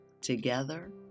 Together